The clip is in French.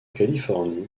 californie